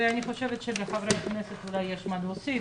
ואני חושבת שאולי לחברי הכנסת יש מה להוסיף,